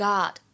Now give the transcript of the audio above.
，God